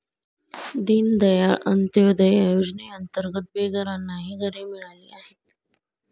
दीनदयाळ अंत्योदय योजनेअंतर्गत बेघरांनाही घरे मिळाली आहेत